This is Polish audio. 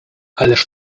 ależ